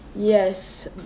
Yes